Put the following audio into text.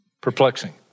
perplexing